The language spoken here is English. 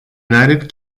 united